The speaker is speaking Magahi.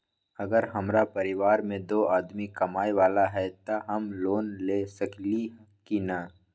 अगर हमरा परिवार में दो आदमी कमाये वाला है त हम लोन ले सकेली की न?